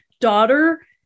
daughter